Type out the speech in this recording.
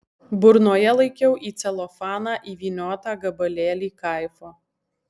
burnoje laikiau į celofaną įvyniotą gabalėlį kaifo